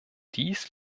dies